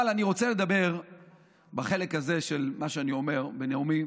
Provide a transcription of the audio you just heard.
אבל אני רוצה לדבר בחלק הזה של מה שאני אומר בנאומי